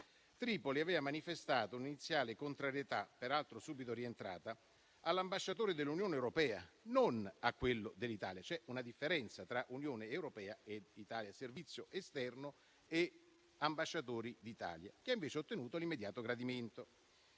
Tripoli aveva manifestato un'iniziale contrarietà, peraltro subito rientrata, all'ambasciatore dell'Unione europea, non a quello dell'Italia. C'è una differenza tra Unione europea e Italia, tra servizio esterno e ambasciatore d'Italia, che invece ha ottenuto l'immediato gradimento.